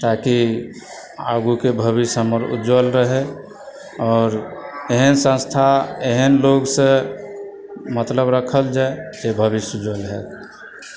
ताकि आगुके भविष्य हमर उज्ज्वल रहय आओर एहन संस्था एहन लोगसँ मतलब रखल जाय से भविष्य उज्ज्वल होयत